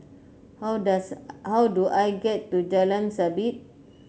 how dose how do I get to Jalan Sabit